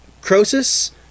Croesus